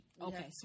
Okay